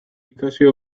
aplikazio